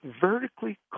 vertically